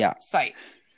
sites